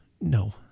no